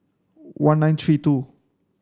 one nine three two